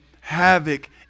havoc